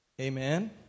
Amen